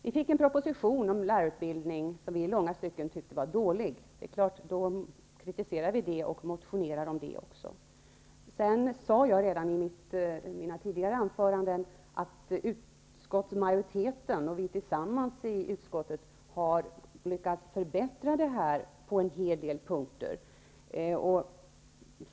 Vi fick en proposition om en lärarutbildning som vi i långa stycken tyckte var dålig. Då kritiserade vi den, och vi motionerade i frågan. Jag sade redan i mina tidigare anföranden att utskottsmajoriteten och vi tillsammans i utskottet har lyckats förbättra förslaget på en hel del punkter.